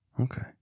Okay